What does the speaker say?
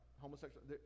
homosexual